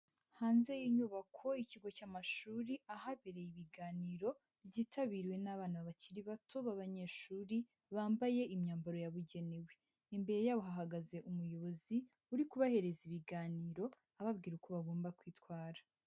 Hanze y'inyubako ikigo cy'amashuri ahabereye ibiganiro, byitabiriwe n'abana bakiri bato b'abanyeshuri bambaye imyambaro yabugenewe. Imbere yabo hahagaze umuyobozi uri kubahereza ibiganiro ababwira uko bagomba kwitwara.